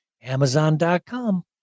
amazon.com